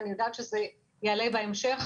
אני יודעת שזה יעלה בהמשך,